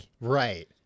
right